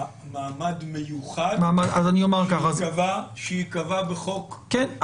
מעמד מיוחד שייקבע בחוק --- כן.